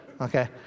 Okay